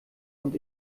und